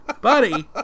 buddy